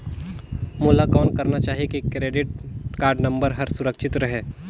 मोला कौन करना चाही की क्रेडिट कारड नम्बर हर सुरक्षित रहे?